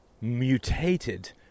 mutated